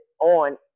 on